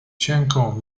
cienką